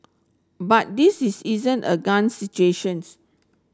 but this is isn't a gun situations